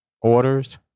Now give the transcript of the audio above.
orders